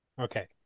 Okay